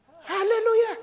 Hallelujah